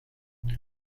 what